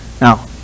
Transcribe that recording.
Now